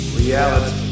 reality